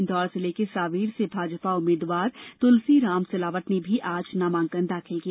इंदौर जिले के सांवेर से भाजपा उम्मीदवार तुलसी राम सिलावट ने भी आज नामांकन दाखिल किया